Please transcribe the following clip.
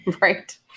right